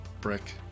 brick